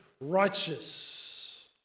righteous